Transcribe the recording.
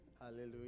Hallelujah